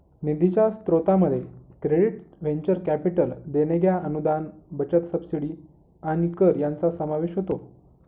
निधीच्या स्त्रोतांमध्ये credits venture capital देणग्या अनुदान बचत सबसिडी आणि कर यांचा समावेश होतो